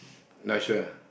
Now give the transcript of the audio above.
not sure